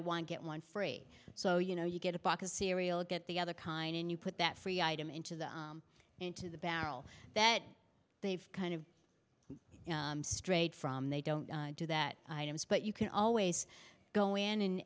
one get one free so you know you get a box of cereal get the other kind and you put that free item into the into the barrel that they've kind of strayed from they don't do that but you can always go in